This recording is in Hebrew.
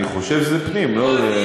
אני חושב שזה פנים, לא?